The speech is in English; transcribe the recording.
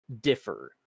differ